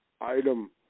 item